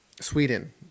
Sweden